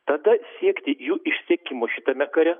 tada siekti jų išsekimo šitame kare